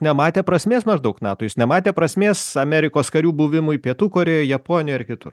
nematė prasmės maždaug nato jis nematė prasmės amerikos karių buvimui pietų korėjoj japonijoj ir kitur